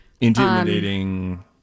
Intimidating